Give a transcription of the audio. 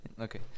okay